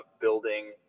building